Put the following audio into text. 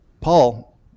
Paul